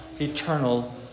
eternal